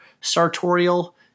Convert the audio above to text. sartorial